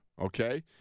okay